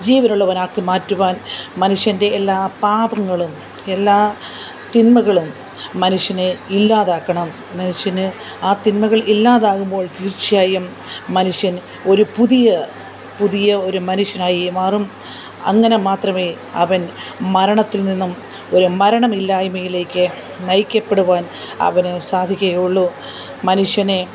ജീവൻ ഉള്ളവനാക്കി മാറ്റുവാന് മനുഷ്യന്റെ എല്ലാ പാപങ്ങളും എല്ലാ തിന്മകളും മനുഷ്യനെ ഇല്ലാതാക്കണം മനുഷ്യന് ആ തിന്മകള് ഇല്ലാതാകുമ്പോള് തീര്ച്ചയായും മനുഷ്യന് ഒരു പുതിയ പുതിയ ഒരു മനുഷ്യനായി മാറും അങ്ങനെ മാത്രമേ അവന് മരണത്തില് നിന്നും ഒരു മരണമില്ലായ്മയിലേക്ക് നയിക്കപ്പെടുവാന് അവന് സാധിക്കുകയുള്ളൂ മനുഷ്യനെ